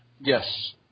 Yes